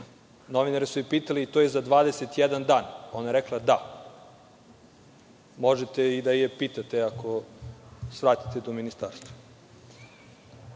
Novinari su je pitali i to je za 21 dan. Ona je rekla – da. Možete i da je pitate, ako svratite do ministarstva. Nego,